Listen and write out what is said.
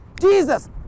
Jesus